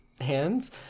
hands